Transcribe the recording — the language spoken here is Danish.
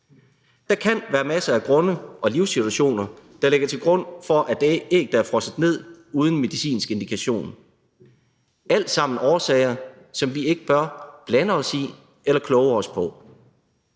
Der kan være masser af grunde og livssituationer, der gør, at æg er frosset ned uden medicinsk indikation, alt sammen årsager, som vi ikke bør blande os i eller kloge os på.